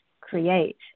create